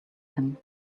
him